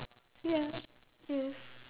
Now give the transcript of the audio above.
ya yes